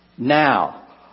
Now